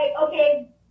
okay